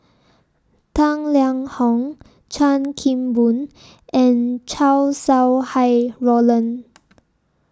Tang Liang Hong Chan Kim Boon and Chow Sau Hai Roland